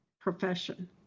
profession